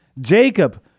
jacob